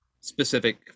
specific